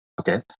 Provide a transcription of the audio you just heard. Okay